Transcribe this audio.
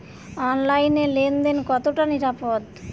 অনলাইনে লেন দেন কতটা নিরাপদ?